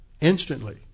Instantly